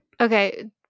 Okay